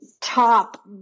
top